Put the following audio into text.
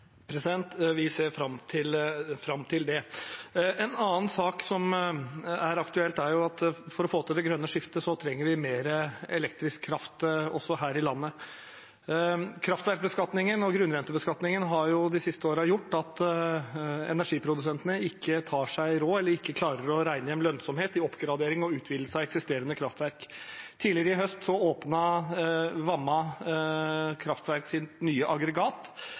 vi konkludere. Vi ser fram til det. En annen sak som er aktuell, er at for å få til det grønne skiftet trenger vi mer elektrisk kraft også her i landet. Kraftverkbeskatningen og grunnrentebeskatningen har de siste årene gjort at energiprodusentene ikke tar seg råd til, eller ikke klarer å regne hjem, lønnsomhet i oppgradering og utvidelse av eksisterende kraftverk. Tidligere i høst åpnet Vamma kraftverk sitt nye aggregat,